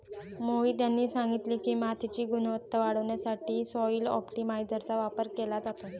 मोहित यांनी सांगितले की, मातीची गुणवत्ता वाढवण्यासाठी सॉइल ऑप्टिमायझरचा वापर केला जातो